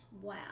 Wow